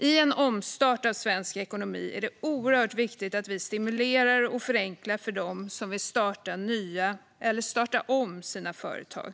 I en omstart av svensk ekonomi är det oerhört viktigt att vi stimulerar och förenklar för dem som vill starta nya företag eller starta om sina företag.